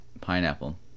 pineapple